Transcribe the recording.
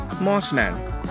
Mossman